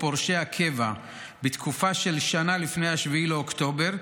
פורשי הקבע בתקופה של שנה לפני 7 באוקטובר,